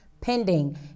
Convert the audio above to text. pending